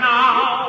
now